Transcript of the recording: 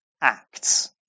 acts